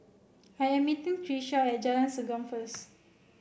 I'm meeting Tricia Segam first